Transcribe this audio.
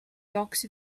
yolks